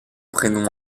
prénoms